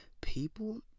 people